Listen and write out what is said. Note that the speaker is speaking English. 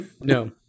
No